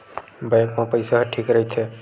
Bank मा पईसा ह ठीक राइथे?